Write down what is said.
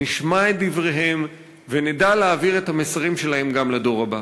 נשמע את דבריהם ונדע להעביר את המסרים שלהם גם לדור הבא.